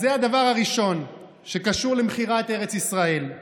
אז זה הדבר הראשון שקשור למכירת ארץ ישראל.